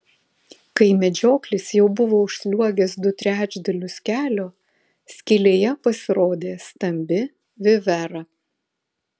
kai medžioklis jau buvo užsliuogęs du trečdalius kelio skylėje pasirodė stambi vivera